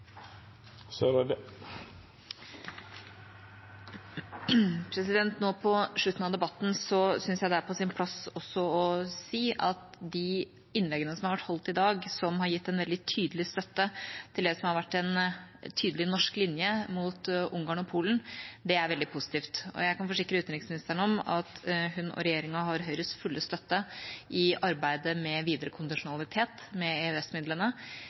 på sin plass å si at det er veldig positivt med de innleggene i dag som har gitt en veldig tydelig støtte til det som har vært en tydelig norsk linje mot Ungarn og Polen. Jeg kan forsikre utenriksministeren om at hun og regjeringa har Høyres fulle støtte i arbeidet med videre kondisjonalitet med